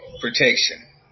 protection